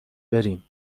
بریم